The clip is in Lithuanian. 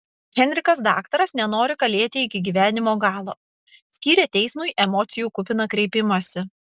henrikas daktaras nenori kalėti iki gyvenimo galo skyrė teismui emocijų kupiną kreipimąsi